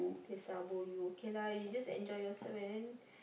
they sabo you okay lah you just enjoy yourself and then